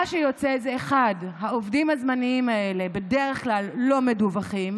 מה שיוצא זה שהעובדים הזמניים האלה בדרך כלל לא מדווחים,